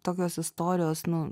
tokios istorijos nu